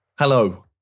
Hello